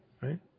Right